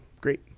great